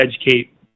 educate